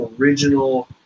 original